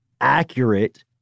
accurate